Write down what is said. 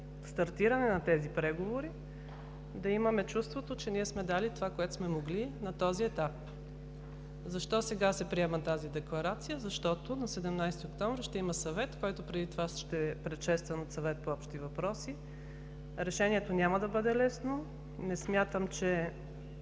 стартиране на тези преговори, да имаме чувството, че ние сме дали това, което сме могли на този етап. Защо сега се приема тази декларация? Защото на 17 октомври ще има съвет, който преди това ще е предшестван от Съвет по общи въпроси. Решението няма да бъде лесно. Възможно е